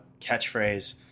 catchphrase